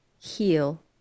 heal